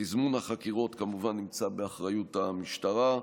תזמון החקירות נמצא, כמובן, באחריות המשטרה,